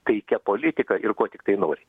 taikia politika ir kuo tiktai nori